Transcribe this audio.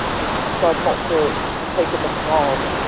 just tried not to take a macabre,